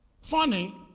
funny